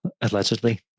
allegedly